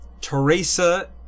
Teresa